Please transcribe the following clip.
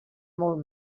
molt